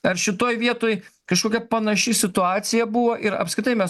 ar šitoj vietoj kažkokia panaši situacija buvo ir apskritai mes